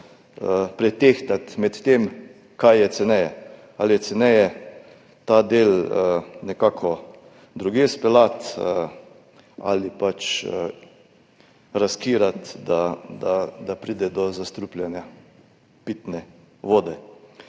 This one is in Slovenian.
pretehtati med tem, kaj je ceneje, ali je ceneje ta del nekako speljati drugje ali pač riskirati, da pride do zastrupljanja pitne vode.